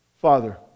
Father